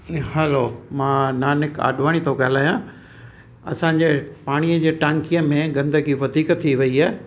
हलो मां नानिक आॾवाणी थो ॻाल्हायां असांजे पाणीअ जे टांकीअ में गंदगी वधीक थी वई आहे